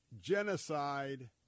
genocide